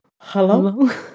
Hello